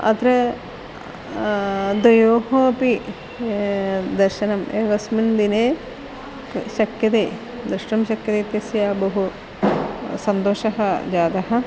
अत्र द्वयोः अपि दर्शनम् एकस्मिन् दिने शक्यते द्रष्टुं शक्यते इत्यस्य बहु सन्तोषः जातः